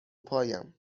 پایم